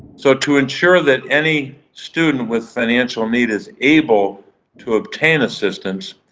so, to ensure that any student with financial need is able to obtain assistance,